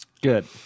Good